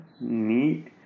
Neat